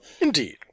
Indeed